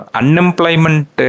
unemployment